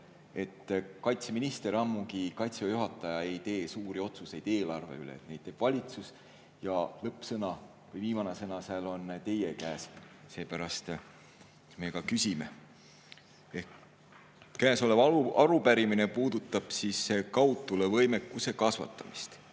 Kaitseminister, ammugi Kaitseväe juhataja ei tee suuri otsuseid eelarve kohta, neid teeb valitsus ja lõppsõna või viimane sõna on teie käes. Seepärast me ka küsime. Käesolev arupärimine puudutab kaudtulevõimekuse kasvatamist.